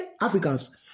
Africans